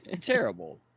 terrible